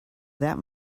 that